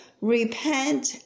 Repent